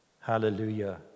Hallelujah